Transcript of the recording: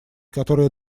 которая